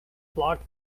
block